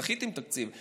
דחיתם את התקציב.